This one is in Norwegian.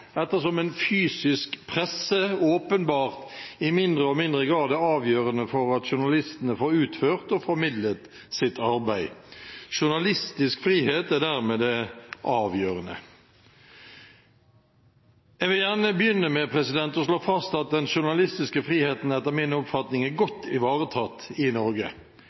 ettersom en fysisk presse åpenbart i mindre og mindre grad er avgjørende for at journalistene får utført og formidlet sitt arbeid. Journalistisk frihet er dermed det avgjørende. Jeg vil gjerne begynne med å slå fast at den journalistiske friheten etter min oppfatning er godt ivaretatt i Norge.